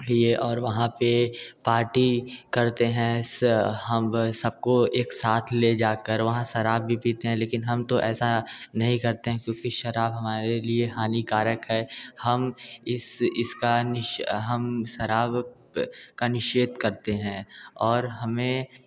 ये और वहाँ पर पार्टी करते हैं हम सब को एक साथ ले जा कर वहाँ शराब भी पीते हैं लेकिन हम तो ऐसा नहीं करते हैं क्योंकि शराब हमारे लिए हानिकारक है हम इस इसका निस हम शराब का निषेध करते हैं और हमें